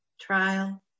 trial